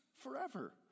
forever